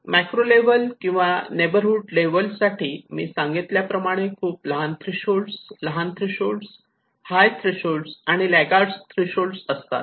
macro level किंवा neighbourhood level साठी मी सांगितल्याप्रमाणे खूप लहान थ्रेशोल्ड लहान थ्रेशोल्ड हाय थ्रेशोल्ड आणि लागार्ड्स थ्रेशोल्ड असतात